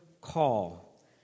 call